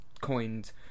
coined